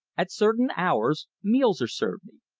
at certain hours meals are served me.